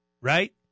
right